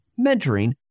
mentoring